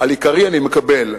עיקרי אני מקבל,